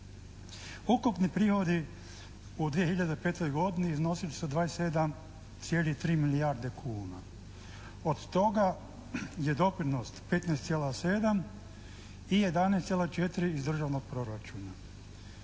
Ukupni prihodi u 2005. godini iznosili su 27,3 milijarde kuna. Od toga je doprinos 15,7 i 11,4 iz državnog proračuna.